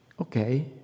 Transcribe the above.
Okay